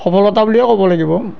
সফলতা বুলিয়ে ক'ব লাগিব